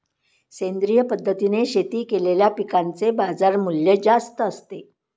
सेंद्रिय पद्धतीने शेती केलेल्या पिकांचे बाजारमूल्य जास्त असते